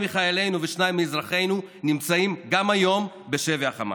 מחיילינו ושניים מאזרחינו נמצאים גם היום בשבי החמאס.